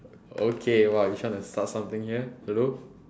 okay !wah! you trying to start something here hello